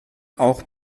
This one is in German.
auch